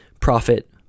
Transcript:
profit